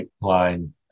Line